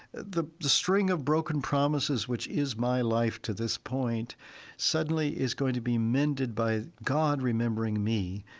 the the string of broken promises which is my life to this point suddenly is going to be mended by god remembering me.